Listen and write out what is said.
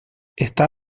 está